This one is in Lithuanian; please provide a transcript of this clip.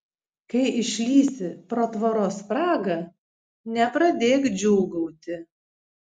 kai išlįsi pro tvoros spragą nepradėk džiūgauti